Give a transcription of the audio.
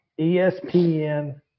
ESPN